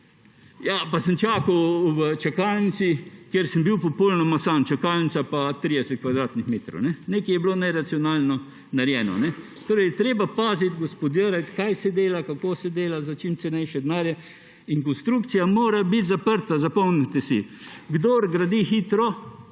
Sem čakal v čakalnici, kjer sem bil popolnoma sam, čakalnica pa 30 kvadratnih metrov. Nekaj je bilo neracionalno narejeno. Torej je treba paziti, gospodariti, kaj se dela, kako se dela, za čim cenejše denarje. In konstrukcija mora biti zaprta, zapomnite si. Kdor gradi hitro,